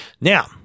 Now